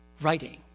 writing